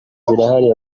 zirahari